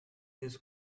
this